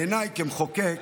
בעיניי כמחוקק